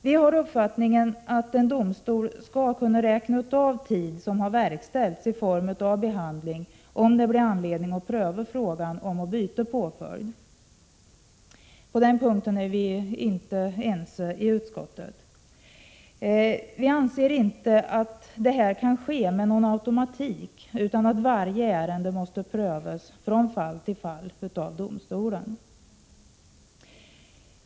Vi har uppfattningen att en domstol skall kunna räkna av tid som har verkställts i form av behandling, om det blir anledning att pröva frågan om att byta påföljd — på den punkten är vi inte ense i utskottet. Som vi ser det kan detta dock inte ske med någon automatik, utan prövning måste ske från fall till fall av domstolen.